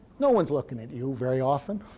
no one's looking at you very often,